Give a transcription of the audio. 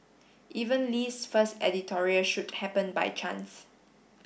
even Lee's first editorial shoot happened by chance